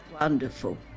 Wonderful